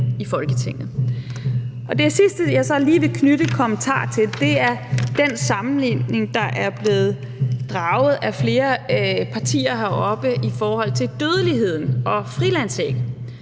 Det sidste, jeg så lige vil knytte en kommentar til, er den sammenligning, der er blevet draget af flere partier heroppe i forhold til dødeligheden og frilandsæg.